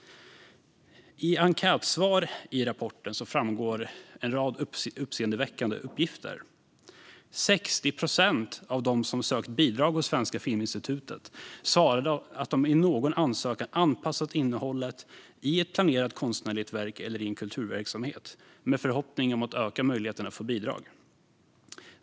I enkätsvar i rapporten framgår en rad uppseendeväckande uppgifter. 60 procent av dem som sökt bidrag hos Svenska Filminstitutet svarade att de i någon ansökan anpassat innehållet i ett planerat konstnärligt verk eller i en kulturverksamhet med förhoppning om att öka möjligheterna att få bidrag.